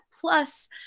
plus